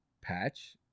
patch